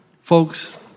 Folks